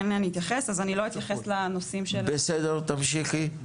בסדר תמשיכי.